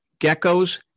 geckos